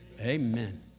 amen